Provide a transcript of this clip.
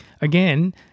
again